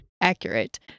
accurate